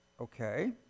Okay